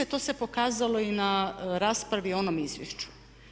To se pokazalo i na raspravi o onom izvješću.